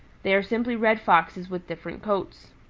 they are simply red foxes with different coats.